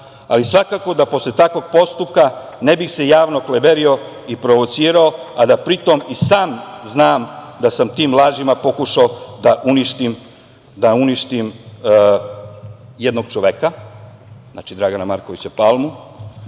ali svakako da posle takvog postupka ne bih se javno kliberio i provocirao, a da pri tom i sam znam da sam tim lažima pokušao da uništim jednog čoveka, znači, Dragana Markovića Palmu,